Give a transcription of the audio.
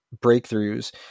breakthroughs